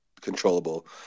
controllable